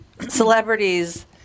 Celebrities